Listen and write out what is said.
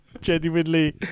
genuinely